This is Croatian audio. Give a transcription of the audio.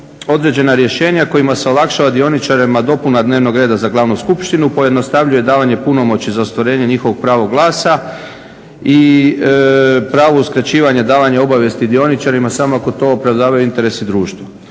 određena rješenja kojima se olakšava dioničarima dopuna dnevnog reda za glavnu skupštinu, pojednostavljuje davanje punomoći za ostvarenje njihovog prava glasa i pravo uskraćivanja davanja obavijesti dioničarima samo ako to opravdavaju interesi društva.